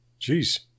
Jeez